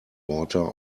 water